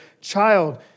child